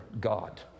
God